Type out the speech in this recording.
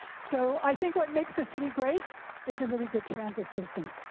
so i think what makes the city great is a really good transit system.